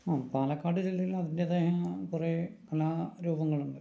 ആ പാലക്കാട് ജില്ലയില് അതിൻറ്റേതായ കുറെ കലാരൂപങ്ങളുണ്ട്